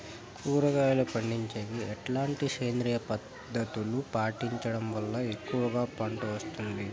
కూరగాయలు పండించేకి ఎట్లాంటి సేంద్రియ పద్ధతులు పాటించడం వల్ల ఎక్కువగా పంట వస్తుంది?